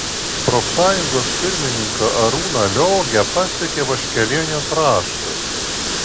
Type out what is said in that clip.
profsąjungos pirmininką arūną liogę pasiekė vaškelienės raštas